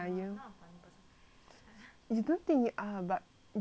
you don't think you are but you are